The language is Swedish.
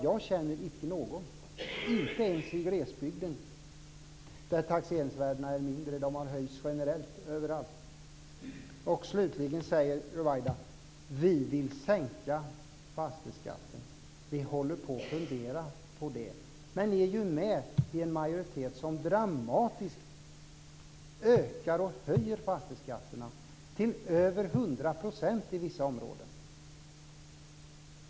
Jag känner icke någon - inte ens i glesbygden där taxeringsvärdena är lägre. De har höjts generellt överallt. Slutligen säger Ruwaida: Vi vill sänka fastighetsskatten. Vi håller på att fundera på det. Men ni är ju med i en majoritet som dramatiskt höjer fastighetsskatterna med över 100 % i vissa områden!